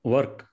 Work